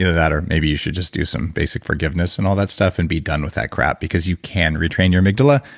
that or maybe you should just do some basic forgiveness and all that stuff, and be done with that crap, because you can retrain your amygdala.